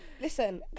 listen